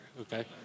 okay